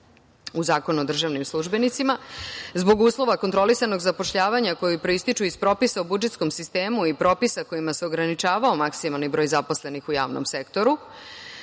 u Zakonu o državnim službenicima zbog uslov kontrolisanog zapošljavanja koji proističu iz propisa o budžetskom sistemu i propisa kojima se ograničavao maksimalni broj zaposlenih u javnom sektoru.